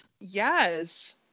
Yes